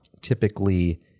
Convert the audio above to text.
typically